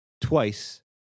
twice